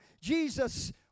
Jesus